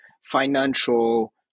financial